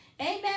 Amen